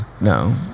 No